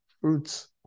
fruits